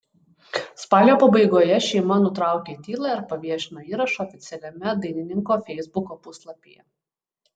spalio pabaigoje šeima nutraukė tylą ir paviešino įrašą oficialiame dainininko feisbuko puslapyje